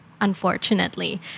Unfortunately